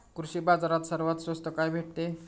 कृषी बाजारात सर्वात स्वस्त काय भेटते?